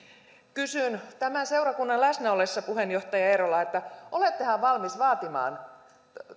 kysynkin tämän seurakunnan läsnäollessa puheenjohtaja eerola olettehan valmis vaatimaan